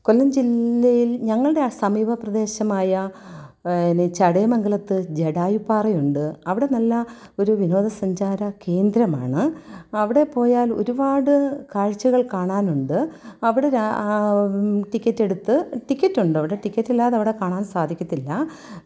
കൊല്ലം ജില്ലയിൽ ഞങ്ങളുടെ സമീപപ്രദേശമായ പിന്നെ ചടയമംഗലത്ത് ജടായു പാറയുണ്ട് അവിടെ നല്ല ഒരു വിനോദസഞ്ചാര കേന്ദ്രമാണ് അവിടെ പോയാൽ ഒരുപാട് കാഴ്ചകൾ കാണാനുണ്ട് അവിടെ ര ടിക്കറ്റ് എടുത്ത് ടിക്കറ്റുണ്ടവിടെ ടിക്കറ്റില്ലാതെ അവിടെ കാണാൻ സാധിക്കത്തില്ല